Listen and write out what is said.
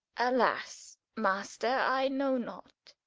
alas master, i know not